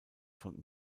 von